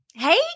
Hey